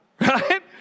Right